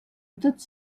tots